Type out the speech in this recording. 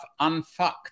Unfucked